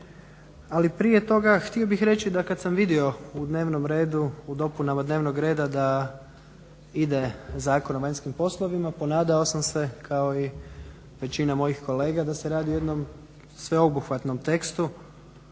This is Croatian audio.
Ali prije toga htio bih reći da kada sam vidio u dopunama dnevnog reda da ide Zakon o vanjskim poslovima ponadao sam se kao i većina mojih kolega da se radi o jednom sveobuhvatnom tekstu